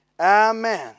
Amen